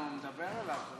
הוא מדבר אליו.